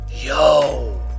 Yo